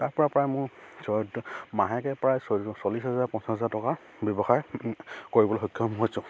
তাৰ পৰা প্ৰায় মোৰ চৈধ্য মাহে প্ৰায় চল্লিছ হাজাৰ পঞ্চাছ হাজাৰ টকা ব্যৱসায় কৰিবলৈ সক্ষম হৈছোঁ